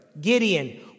Gideon